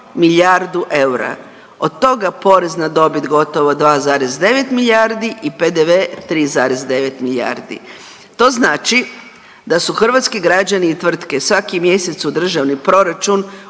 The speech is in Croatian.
milijardu eura. Od toga porez na dobit gotovo 2,9 milijardi i PDV 3,9 milijardi. To znači da su hrvatski građani i tvrtke svaki mjesec u državni proračun